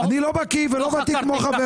אני לא בקיא ולא ותיק כמו חבריי.